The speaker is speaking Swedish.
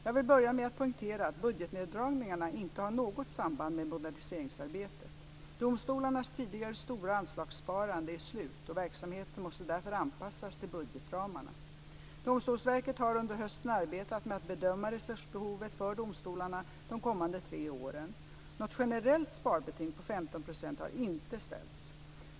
Jag vill börja med att poängtera att budgetneddragningarna inte har något samband med moderniseringsarbetet. Domstolarnas tidigare stora anslagssparande är slut, och verksamheterna måste därför anpassas till budgetramarna. Domstolsverket har under hösten arbetat med att bedöma resursbehovet för domstolarna de kommande tre åren. Något generellt sparbeting på 15 % har inte ställts.